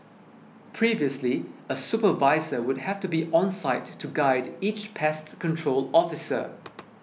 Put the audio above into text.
previously a supervisor would have to be on site to guide each pest control officer